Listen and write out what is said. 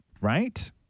Right